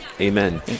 amen